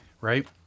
Right